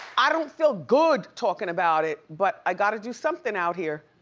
i don't feel good talking about it, but i gotta do something out here.